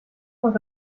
noch